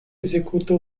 executa